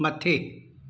मथे